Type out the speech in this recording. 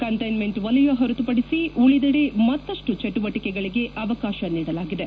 containment ವಲಯ ಹೊರತುಪಡಿಸಿ ಉಳಿದೆಡೆ ಮತ್ತಷ್ಟು ಚಟುವಟಿಕೆಗಳಿಗೆ ಅವಕಾಶ ನೀಡಲಾಗಿದೆ